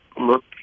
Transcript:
look